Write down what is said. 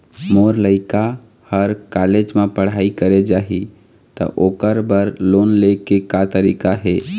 मोर लइका हर कॉलेज म पढ़ई करे जाही, त ओकर बर लोन ले के का तरीका हे?